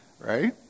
right